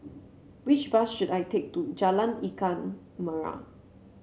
which bus should I take to Jalan Ikan Merah